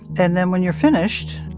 and then when you're finished,